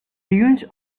ruins